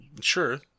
sure